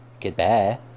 Goodbye